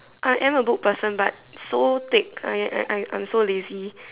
I am a book person but so thick I I I'm so lazy